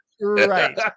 Right